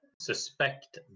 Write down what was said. suspect